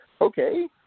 Okay